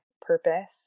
purpose